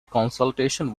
consultation